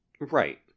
Right